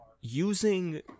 using